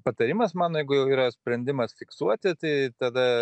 patarimas mano jeigu jau yra sprendimas fiksuoti tai tada